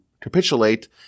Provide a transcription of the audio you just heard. capitulate